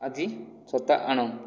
ଆଜି ଛତା ଆଣ